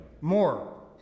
more